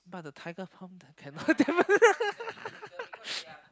but the tiger farm cannot develop